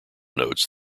notes